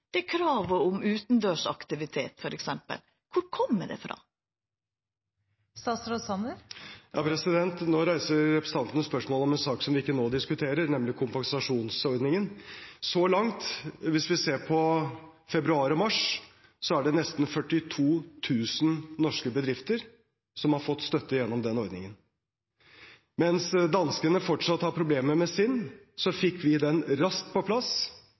inn? Kravet om utandørsaktivitet f.eks., kvar kjem det frå? Nå reiser representanten spørsmål om en sak som vi ikke nå diskuterer, nemlig kompensasjonsordningen. Så langt, hvis vi ser på februar og mars, er det nesten 42 000 norske bedrifter som har fått støtte gjennom den ordningen. Mens danskene fortsatt har problemer med sin, fikk vi den raskt på plass.